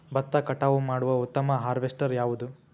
ಭತ್ತ ಕಟಾವು ಮಾಡುವ ಉತ್ತಮ ಹಾರ್ವೇಸ್ಟರ್ ಯಾವುದು?